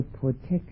protect